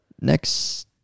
next